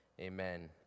amen